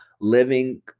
living